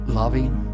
loving